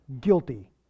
guilty